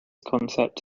concept